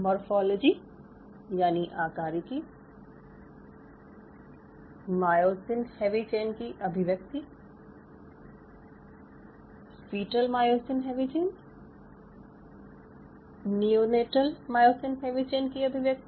morphology यानि आकारिकी myosin heavy chain की अभिव्यक्ति fetal myosin heavy chain neonatal myosin heavy chain की अभिव्यक्ति